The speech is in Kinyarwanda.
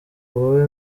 babe